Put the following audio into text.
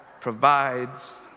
provides